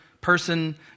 person